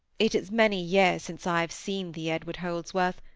it is many years since i have seen thee, edward holdsworth,